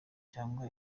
cyangwa